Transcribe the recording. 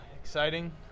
Exciting